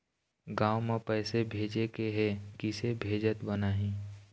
गांव म पैसे भेजेके हे, किसे भेजत बनाहि?